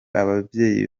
ababyeyi